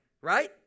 right